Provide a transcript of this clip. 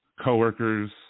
coworkers